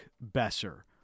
Besser